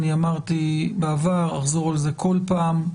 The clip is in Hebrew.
אמרתי בעבר, אחזור על זה כל פעם,